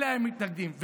הם מתנגדים לה.